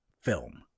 film